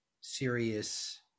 serious